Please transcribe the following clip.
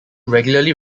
regularly